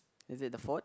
is it the fort